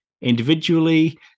individually